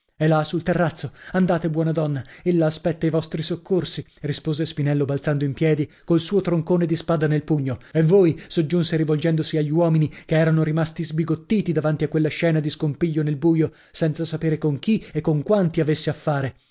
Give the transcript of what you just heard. è là sul terrazzo andate buona donna ella aspetta i vostri soccorsi rispose spinello balzando in piedi col suo troncone di spada nel pugno e voi soggiunse rivolgendosi agli uomini che erano rimasti sbigottiti davanti a quella scena di scompiglio nei buio senza sapere con chi e con quanti avesse